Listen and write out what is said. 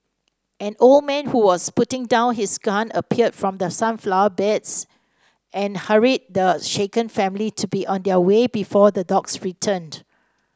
an old man who was putting down his gun appeared from the sunflower beds and hurried the shaken family to be on their way before the dogs return